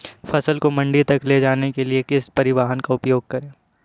फसल को मंडी तक ले जाने के लिए किस परिवहन का उपयोग करें?